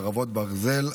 חרבות ברזל),